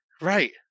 Right